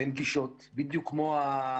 בין גישות, בדיוק כמו המתח